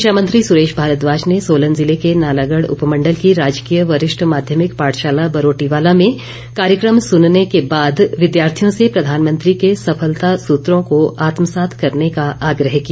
शिक्षा मंत्री सुरेश भारद्वाज ने सोलन जिले के नालागढ़ उपमंडल की राजकीय वरिष्ठ माध्यमिक पाठशाला बरोटीवाला में कार्यक्रम सुनने के बाद विद्यार्थियों से प्रधानमंत्री के सफलता सूत्रों को आत्मसात करने का आग्रह किया